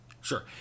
Sure